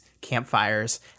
campfires